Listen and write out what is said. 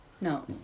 No